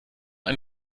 ein